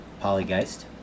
Polygeist